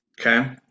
Okay